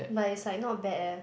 but it's like not bad eh